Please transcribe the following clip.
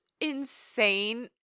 insane